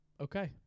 Okay